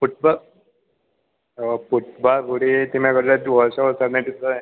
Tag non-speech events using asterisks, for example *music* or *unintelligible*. ಪುಟ್ ಬಾ ಫುಟ್ಬಾಲ್ ಬಿಡಿ ತಿಮ್ಮೆಗೌಡರೇ ಅದು *unintelligible* ಇರ್ತದೆ